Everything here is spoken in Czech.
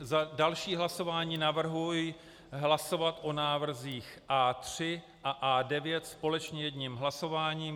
Za další hlasování navrhuji hlasovat o návrzích A3 a A9 společně jedním hlasováním.